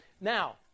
Now